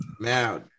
now